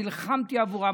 נלחמתי עבורם.